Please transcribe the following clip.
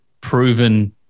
proven